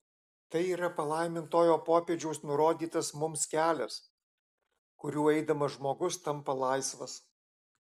tai yra palaimintojo popiežiaus nurodytas mums kelias kuriuo eidamas žmogus tampa laisvas